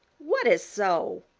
what is so?